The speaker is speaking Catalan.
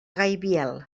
gaibiel